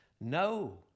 No